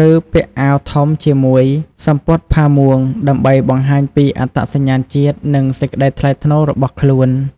ឬពាក់អាវធំជាមួយ សំពត់ផាមួង ដើម្បីបង្ហាញពីអត្តសញ្ញាណជាតិ និងសេចក្ដីថ្លៃថ្នូររបស់ខ្លួន។